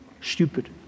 Stupid